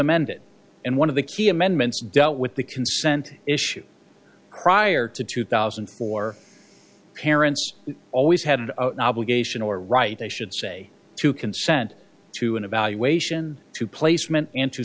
amended and one of the key amendments dealt with the consent issue prior to two thousand and four parents always had an obligation or right they should say to consent to an evaluation to placement